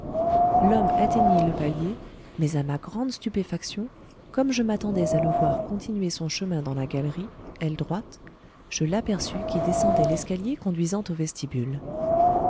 l'homme atteignit le palier mais à ma grande stupéfaction comme je m'attendais à le voir continuer son chemin dans la galerie aile droite je l'aperçus qui descendait l'escalier conduisant au vestibule